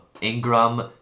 Ingram